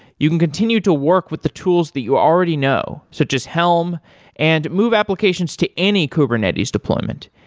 you can continue to work with the tools that you already know, such as helm and move applications to any kubernetes deployment.